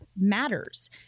matters